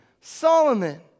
Solomon